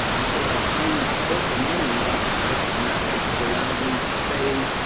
until i finally spent the money and got the type of mattress that allowed me to stay,